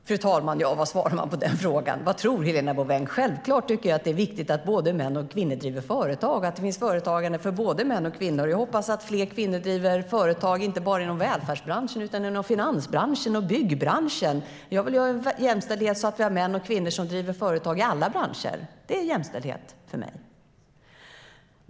Fru talman! Vad svarar man på den frågan? Vad tror Helena Bouveng? Självklart tycker jag att det är viktigt att både män och kvinnor driver företag, att det finns företagande för både män och kvinnor. Jag hoppas att fler kvinnor driver företag inte bara inom välfärdsbranschen utan också inom finansbranschen och byggbranschen. Jag vill ha en jämställdhet som innebär att vi har män och kvinnor som driver företag i alla branscher. Det är jämställdhet för mig.